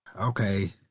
okay